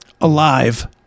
alive